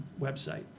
website